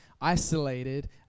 isolated